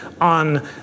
on